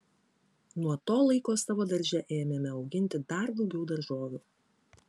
nuo to laiko savo darže ėmėme auginti dar daugiau daržovių